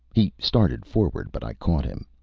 he started forward, but i caught him.